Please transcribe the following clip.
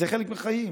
זה חלק מהחיים.